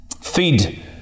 Feed